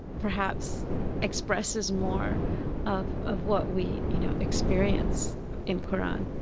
perhaps expresses more of of what we, you know, experience in qur'an.